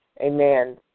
amen